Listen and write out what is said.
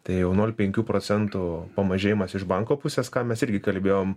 tai jau nol penkių procentų pamažėjimas iš banko pusės ką mes irgi kalbėjom